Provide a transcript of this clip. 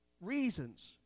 reasons